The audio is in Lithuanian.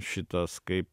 šitas kaip